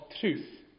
truth